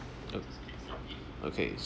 oh okay